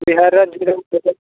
बिहार राज्य ज़िला